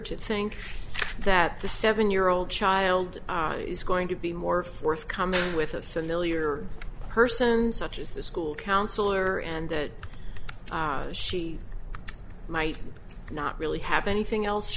to think that the seven year old child is going to be more forthcoming with a familiar person such as the school counselor and that she might not really have anything else